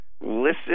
Listen